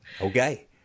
Okay